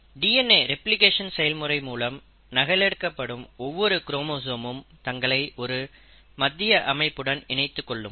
DNA replication செயல்முறை மூலம் நகல் எடுக்கப்படும் ஒவ்வொரு குரோமோசோமும் தங்களை ஒரு மத்திய அமைப்புடன் இணைத்துக் கொள்ளும்